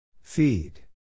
Feed